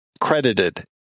credited